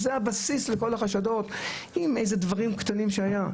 זה הבסיס לכל החשדות עם איזה דברים קטנים שהיה.